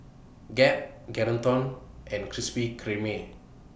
Gap Geraldton and Krispy Kreme